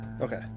Okay